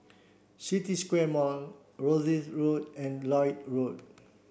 City Square Mall Rosyth Road and Lloyd Road